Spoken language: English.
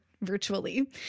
virtually